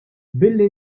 billi